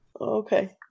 Okay